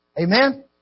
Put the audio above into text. Amen